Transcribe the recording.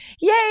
yay